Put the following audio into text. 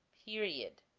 period